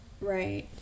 right